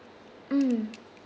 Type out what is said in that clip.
mm